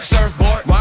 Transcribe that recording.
Surfboard